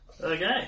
Okay